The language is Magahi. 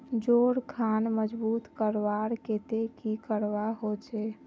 जोड़ खान मजबूत करवार केते की करवा होचए?